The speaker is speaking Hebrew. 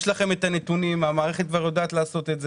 יש לכם הנתונים, המערכת יודעת לעשות את זה.